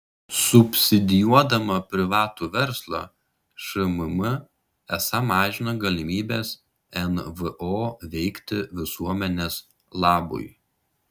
subsidijuodama privatų verslą šmm esą mažina galimybes nvo veikti visuomenės labui